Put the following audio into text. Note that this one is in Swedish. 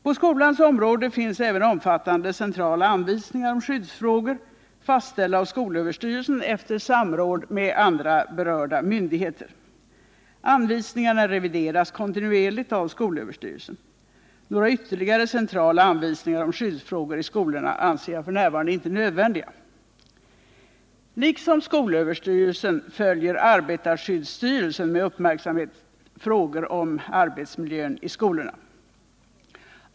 På skolans område finns även omfattande centrala anvisningar om skyddsfrågor fastställda av skolöverstyrelsen efter samråd med andra berörda myndigheter. Anvisningarna revideras kontinuerligt av skolöverstyrelsen. Några ytterligare centrala anvisningar om skyddsfrågor i skolan anser jag f. n. inte nödvändiga. Liksom skolöverstyrelsen följer arbetarskyddsstyrelsen med uppmärksamhet frågor om arbetsmiljön i skolorna.